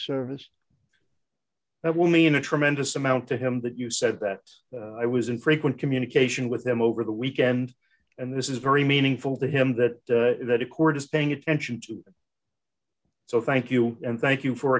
service that will mean a tremendous amount to him that you said that i was in frequent communication with them over the weekend and this is very meaningful to him that that accord is paying attention to so thank you and thank you for